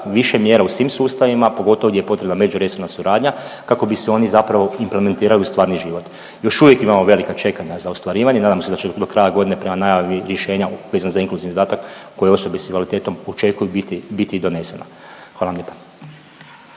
više mjera u svim sustavima pogotovo gdje je potrebna međuresorna suradnja kako bi se oni zapravo implementirali u stvarni život. Još uvijek imamo velika čekanja za ostvarivanje, nadam se da će se do kraja godine prema najavi rješenja vezano za inkluzivni dodatak koje osobe s invaliditetom očekuju biti i donesena. Hvala vam lijepa.